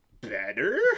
better